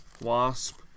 Wasp